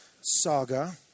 saga